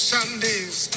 Sunday's